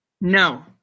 No